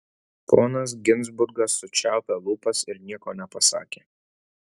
ponas ginzburgas sučiaupė lūpas ir nieko nepasakė